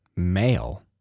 male